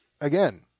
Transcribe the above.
again